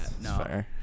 No